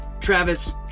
Travis